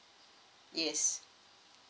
yes